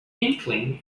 inkling